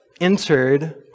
entered